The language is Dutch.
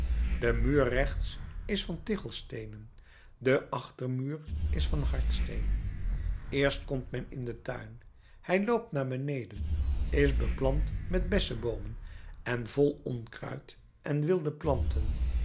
de muur rechts is van tichelsteenen de achtermuur is van hardsteen eerst komt men in den tuin hij loopt naar beneden is beplant met besseboomen en vol onkruid en wilde planten